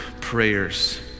prayers